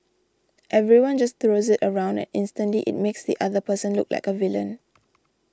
everyone just throws it around and instantly it makes the other person look like a villain